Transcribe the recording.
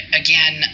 again